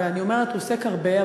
ואני אומרת, עוסק הרבה.